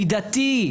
מידתי,